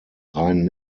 rhein